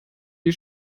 die